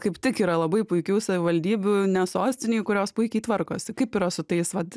kaip tik yra labai puikių savivaldybių ne sostinėj kurios puikiai tvarkosi kaip yra su tais vat